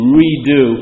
redo